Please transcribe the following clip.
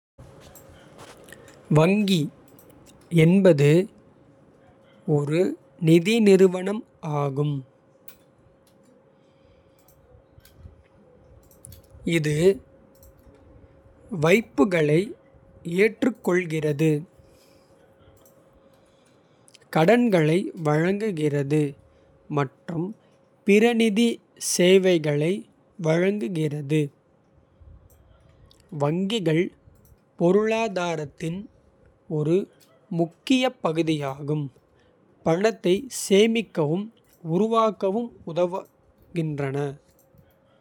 வங்கி என்பது ஒரு நிதி நிறுவனம் ஆகும். இது வைப்புகளை ஏற்றுக்கொள்கிறது. கடன்களை வழங்குகிறது மற்றும் பிற நிதி. சேவைகளை வழங்குகிறது வங்கிகள். பொருளாதாரத்தின் ஒரு முக்கிய பகுதியாகும். பணத்தை சேமிக்கவும் உருவாக்கவும் உதவுகின்றன.